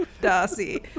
Darcy